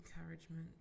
encouragement